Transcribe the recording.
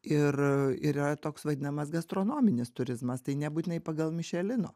ir ir yra toks vadinamas gastronominis turizmas tai nebūtinai pagal mišelino